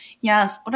Yes